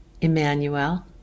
Emmanuel